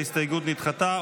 ההסתייגות נדחתה.